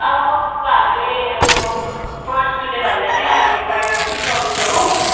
हामीले अब पर् स्टुडेन्टहरूलाई चाहिँ हामीले फाइभ फिफ्टी उठाउँदैछौँ हो